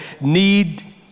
need